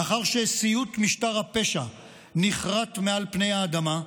לאחר שסיוט משטר הפשע נכרת מעל פני האדמה,